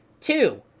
Two